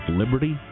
liberty